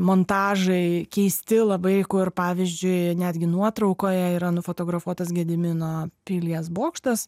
montažai keisti labai kur pavyzdžiui netgi nuotraukoje yra nufotografuotas gedimino pilies bokštas